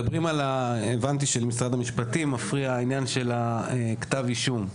הבנתי שלמשרד המשפטים מפריע עניין כתב האישום.